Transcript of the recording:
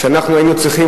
ואנחנו היינו צריכים,